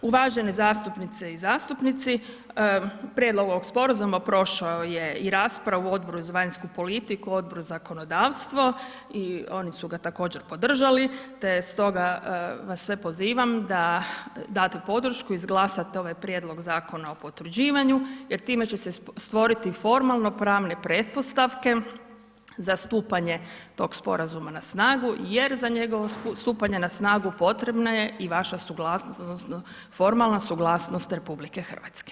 Uvažene zastupnice i zastupnici, prijedlog ovog sporazuma prošao je i raspravu u Odboru za vanjsku politiku, Odboru za zakonodavstvo i oni su ga također podržali te stoga vas sve pozivam da date podršku, izglasate ovaj prijedlog zakona o potvrđivanju jer time će stvoriti formalno pravne pretpostavke za stupanje tog sporazuma na snagu jer za njegovo stupanje na snagu potrebna je i vaša suglasnost odnosno formalna suglasnost RH.